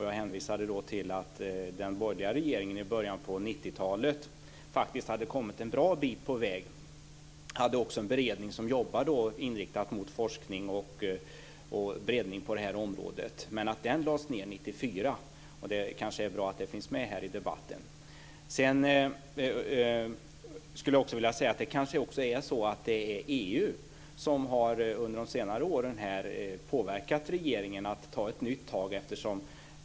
Jag hänvisade till att den borgerliga regeringen i början av 1990-talet faktiskt hade kommit en bra bit på vägen och hade en beredning som jobbade inriktat på forskning och en breddning på området. Den beredningen lades ned år 1994. Kanske är det bra att ha med det i debatten här. Kanske är det också så att EU under senare år har påverkat regeringen att ta nya tag.